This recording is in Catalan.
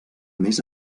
més